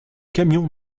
camion